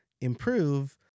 improve